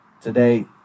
today